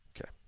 Okay